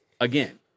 again